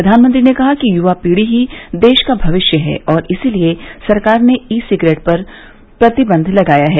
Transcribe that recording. प्रधानमंत्री ने कहा कि युवा पीढ़ी ही देश का भविष्य है और इसीलिए सरकार ने ई सिगरेट पर प्रतिबंध लगाया है